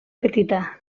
petita